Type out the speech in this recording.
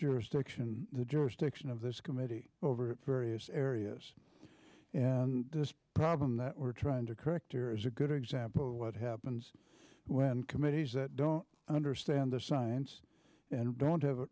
jurisdiction of this committee over various areas and this problem that we're trying to correct here is a good example of what happens when committees that don't understand the science and don't have